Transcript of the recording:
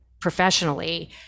professionally